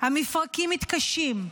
המפרקים מתקשים,